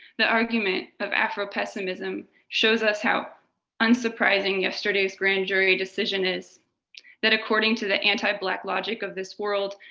the argument of afropessimism shows us how unsurprising yesterday's grand jury decision is that according to the anti-black logic of this world,